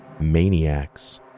maniacs